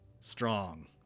strong